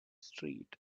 street